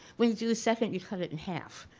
when you do the second you cut it in half,